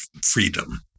freedom